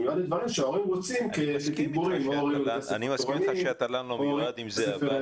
התל"ן מיועד לדברים שההורים רוצים כתגבור למה שלומדים בבית הספר.